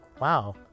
wow